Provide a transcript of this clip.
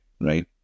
right